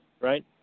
right